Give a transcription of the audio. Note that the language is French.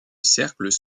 cercles